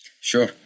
Sure